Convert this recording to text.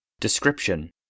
Description